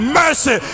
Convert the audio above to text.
mercy